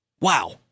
Wow